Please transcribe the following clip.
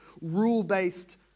rule-based